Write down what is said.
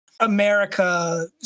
America